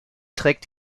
trägt